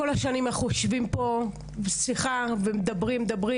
כל השנים אנחנו יושבים פה, ומדברים מדברים.